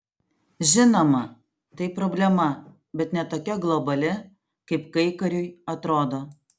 žinoma tai problema bet ne tokia globali kaip kaikariui atrodo